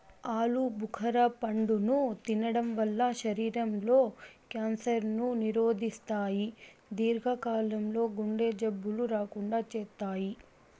ఆలు భుఖర పండును తినడం వల్ల శరీరం లో క్యాన్సర్ ను నిరోధిస్తాయి, దీర్ఘ కాలం లో గుండె జబ్బులు రాకుండా చేత్తాయి